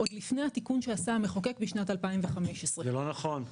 עוד לפני התיקון שעשה המחוקק בשנת 2015. זה לא נכון.